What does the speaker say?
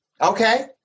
Okay